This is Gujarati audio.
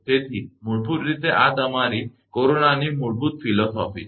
તેથી મૂળભૂત રીતે આ તમારી કોરોનાની મૂળભૂત ફિલસૂફી છે